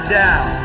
down